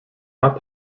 not